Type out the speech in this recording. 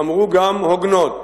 אמרו גם הוגנות.